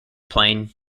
plain